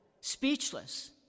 speechless